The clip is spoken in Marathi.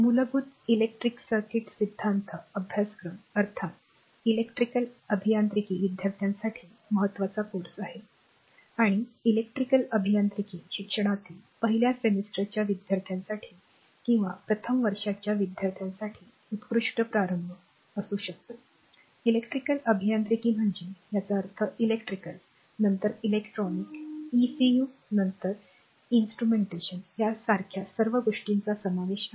मूलभूत इलेक्ट्रिक सर्किट सिद्धांत अभ्यासक्रम अर्थातच इलेक्ट्रिकल अभियांत्रिकी विद्यार्थ्यांसाठी महत्वाचा कोर्स आहे आणि इलेक्ट्रिकल अभियांत्रिकी शिक्षणातील पहिल्या सेमेस्टरच्या विद्यार्थ्यासाठी किंवा प्रथम वर्षाच्या विद्यार्थ्यांसाठी उत्कृष्ट प्रारंभ इलेक्ट्रिकल अभियांत्रिकी म्हणजे याचा अर्थ इलेक्ट्रिकल नंतर इलेक्ट्रॉनिक्स ईसीयू नंतर इन्स्ट्रुमेंटेशन यासारख्या सर्व गोष्टींचा समावेश आहे